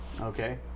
okay